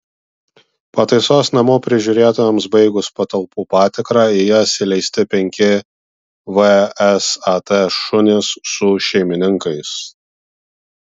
pataisos namų prižiūrėtojams baigus patalpų patikrą į jas įleisti penki vsat šunys su šeimininkais